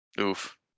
oof